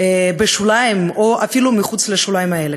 בשוליים או אפילו מחוץ לשוליים האלה,